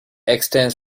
extends